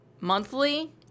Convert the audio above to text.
Monthly